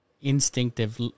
instinctive